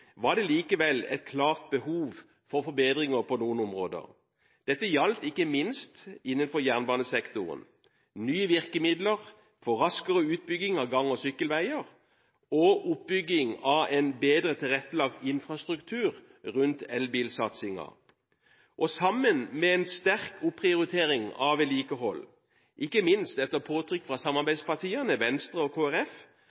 var det likevel et klart behov for forbedringer på noen områder. Dette gjaldt ikke minst innenfor jernbanesektoren, nye virkemidler for raskere utbygging av gang- og sykkelveier og oppbygging av en bedre tilrettelagt infrastruktur rundt elbilsatsingen, og sammen med en sterk opprioritering av vedlikehold, ikke minst etter påtrykk fra